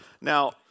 Now